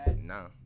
no